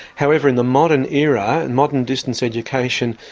however, in the modern era and modern distance education,